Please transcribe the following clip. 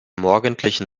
morgendlichen